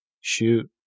shoot